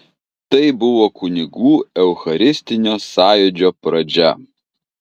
tai buvo kunigų eucharistinio sąjūdžio pradžia